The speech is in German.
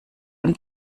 und